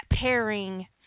pairing